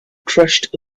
crushed